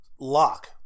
lock